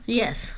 yes